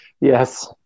Yes